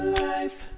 life